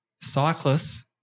cyclists